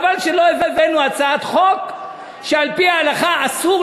חבל שלא הבאנו הצעת חוק שעל-פי ההלכה אסור